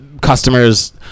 customers